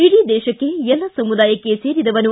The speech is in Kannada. ಇಡೀ ದೇಶಕ್ಕೆ ಎಲ್ಲ ಸಮುದಾಯಕ್ಕೆ ಸೇರಿದವನು